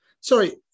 Sorry